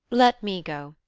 let me go.